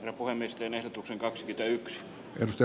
reformistien ehdotuksen kakskyt ja yksi ryöstö